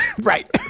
Right